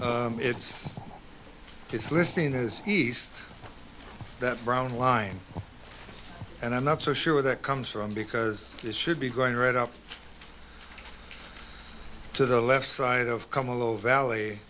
or it's just listening as he's that brown line and i'm not so sure that comes from because this should be going right up to the left side of come a little valley